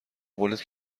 قولت